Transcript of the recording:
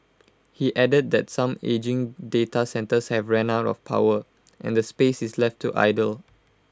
he added that some ageing data centres have ran out of power and the space is left to idle